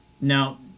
Now